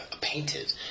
painted